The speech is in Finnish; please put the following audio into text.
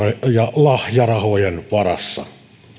joululahjarahojen varassa